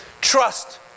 Trust